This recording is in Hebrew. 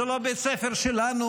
זה לא בית ספר שלנו,